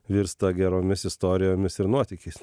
virsta geromis istorijomis ir nuotykiais